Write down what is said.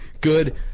Good